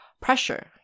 Pressure